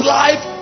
life